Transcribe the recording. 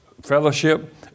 fellowship